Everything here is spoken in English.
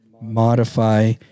modify